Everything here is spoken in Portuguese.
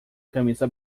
camisa